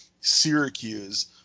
Syracuse